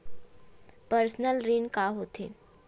Personal ऋण का होथे?